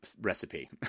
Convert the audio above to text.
recipe